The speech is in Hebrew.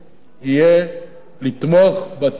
יהיה לתמוך בהצעה הזאת,